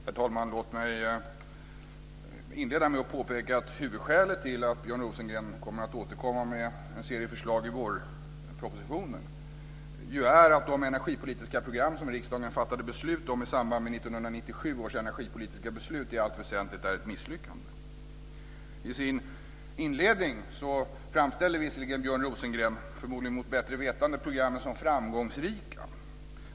Herr talman! Låt mig inleda med att påpeka att huvudskälet till att Björn Rosengren ska komma med en serie förslag i vårpropositionen är att de energipolitiska program som riksdagen fattade beslut om i samband med 1997 års energipolitiska beslut i allt väsentligt är ett misslyckande. I sin inledning framställde Björn Rosengren visserligen, förmodligen mot bättre vetande, programmen som framgångsrika.